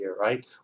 right